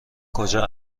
کجا